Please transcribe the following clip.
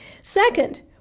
Second